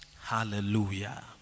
Hallelujah